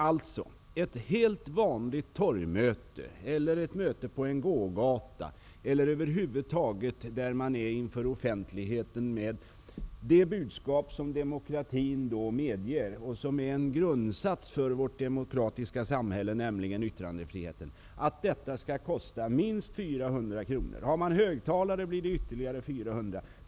Alltså: Ett helt vanligt torgmöte, eller ett möte på en gågata eller över huvud taget en sammankomst inför offentligheten med det budskap som demokratin medger och som är en grundsats för vårt demokratiska samhälle, nämligen yttrandefriheten, skall kosta minst 400 kr. Har man högtalare, kostar det ytterligare 400 kr.